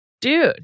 dude